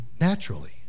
naturally